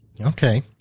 Okay